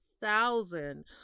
Thousand